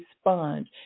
sponge